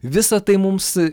visa tai mums